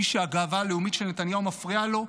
מי שהגאווה הלאומית של נתניהו מפריעה לו,